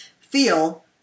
feel